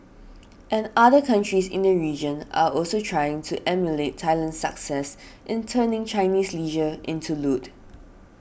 and other countries in the region are also trying to emulate Thailand's success in turning Chinese leisure into loot